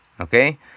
Okay